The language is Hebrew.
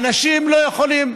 אנשים לא יכולים,